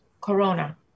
Corona